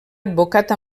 advocat